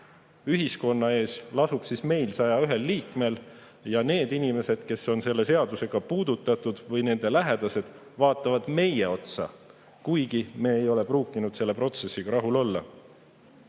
ühiskonna ees lasub meil, 101 liikmel. Ja need inimesed, keda see seadus puudutab, või nende lähedased vaatavad meie otsa, kuigi me ei ole pruukinud selle protsessiga rahul olla.